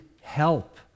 help